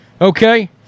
Okay